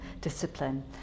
discipline